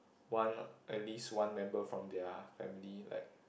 one at least one member from their family like